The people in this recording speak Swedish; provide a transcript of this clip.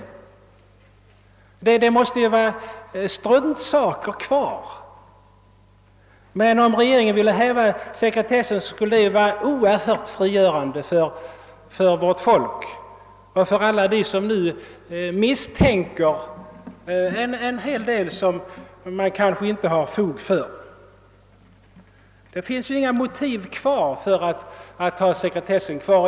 Det måste ju endast återstå struntsaker. Om regeringen ville häva sekretessen skulle detta verka oerhört frigörande för vårt folk och för alla dem som nu misstänker mycket, som det kanske inte finns fog för. Det återstår alltså inga motiv för att behålla sekretessen.